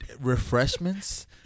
Refreshments